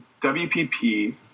WPP